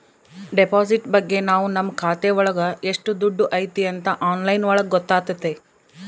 deposit ಬಗ್ಗೆ ನಾವ್ ನಮ್ ಖಾತೆ ಒಳಗ ಎಷ್ಟ್ ದುಡ್ಡು ಐತಿ ಅಂತ ಆನ್ಲೈನ್ ಒಳಗ ಗೊತ್ತಾತತೆ